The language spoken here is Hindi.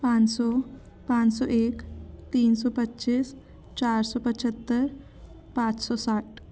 पाँच सौ पाँच सौ एक तीन सौ पच्चीस चार सौ पचहत्तर पाँच सौ साठ